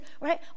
right